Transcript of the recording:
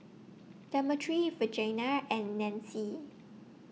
Demetri Virginia and Nancy